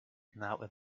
now